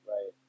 Right